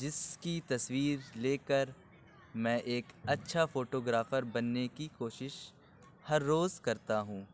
جس کی تصویر لے کر میں ایک اچھا فوٹوگرافر بننے کی کوشش ہر روز کرتا ہوں